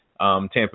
Tampa